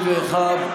51,